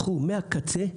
קחו מהקצה,